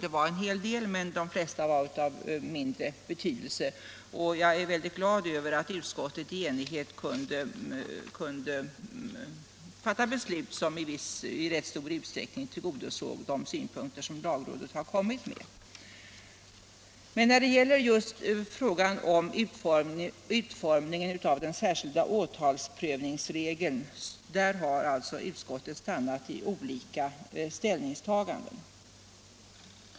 Det var en hel del, men de flesta var av mindre betydelse, och jag är glad över att utskottet i enighet kunde fatta beslut som i rätt stor utsträckning tillgodosåg de synpunkter som lagrådet kom med. När det gäller frågan om utformningen av den särskilda åtalsprövningsregeln har alltså utskottet stannat vid olika ställningstaganden.